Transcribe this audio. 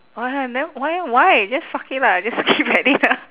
!walao! then why why just fuck it lah just keep at it ah